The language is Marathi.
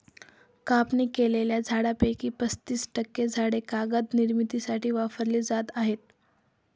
कापणी केलेल्या झाडांपैकी पस्तीस टक्के झाडे कागद निर्मितीसाठी वापरली जात आहेत